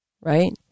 right